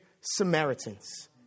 Samaritans